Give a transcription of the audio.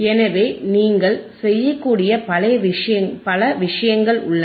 எனவே நீங்கள் செய்யக்கூடிய பல விஷயங்கள் உள்ளன